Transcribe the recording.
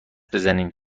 بزنین